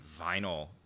vinyl